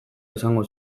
esango